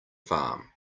farm